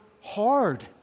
hard